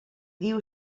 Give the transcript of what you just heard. diu